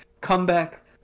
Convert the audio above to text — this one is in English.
comeback